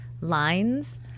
lines